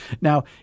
Now